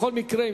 בכל מקרה,